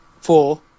four